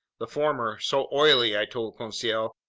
the former so oily, i told conseil,